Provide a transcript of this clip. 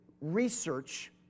research